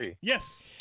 Yes